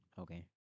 okay